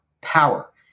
power